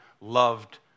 loved